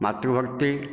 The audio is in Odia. ମାତୃଭକ୍ତି